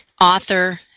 Author